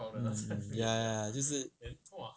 mm ya ya ya 就是